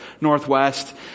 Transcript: northwest